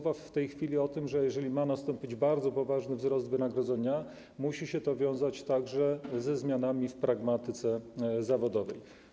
W tej chwili jest mowa o tym, że jeżeli ma nastąpić bardzo poważny wzrost wynagrodzeń, musi to się wiązać także ze zmianami w pragmatyce zawodowej.